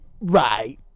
Right